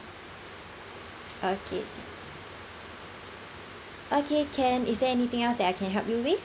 okay okay can is there anything else that I can help you with